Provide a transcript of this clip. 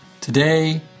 Today